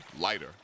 lighter